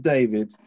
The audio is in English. David